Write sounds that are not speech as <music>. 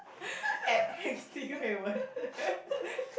<breath> at angsty hui-wen <laughs>